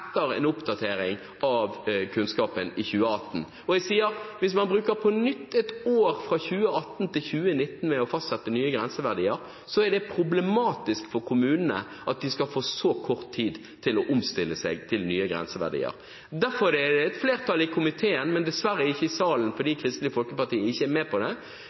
en oppdatering av kunnskapen i 2018. Og jeg sier: Hvis man på nytt bruker ett år, fra 2018 til 2019, for å fastsette nye grenseverdier, er det problematisk for kommunene at de skal få så kort tid til å omstille seg til nye grenseverdier. Derfor er det et flertall i komiteen, men dessverre ikke i salen, fordi Kristelig Folkeparti ikke er med på det,